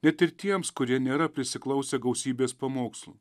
net ir tiems kurie nėra prisiklausę gausybės pamokslų